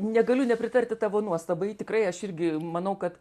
negaliu nepritarti tavo nuostabai tikrai aš irgi manau kad